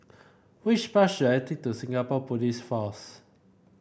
which bus should I take to Singapore Police Force